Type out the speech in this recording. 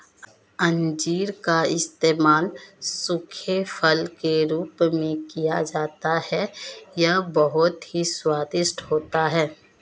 अंजीर का इस्तेमाल सूखे फल के रूप में किया जाता है यह बहुत ही स्वादिष्ट होता है